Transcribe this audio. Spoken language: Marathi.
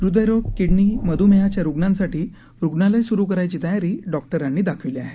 हृदयरोग किडनी मधुमेहाच्या रुग्णांसाठी रुग्णालयं सुरू करायची तयारी डॉक्टरांनी दाखविली आहे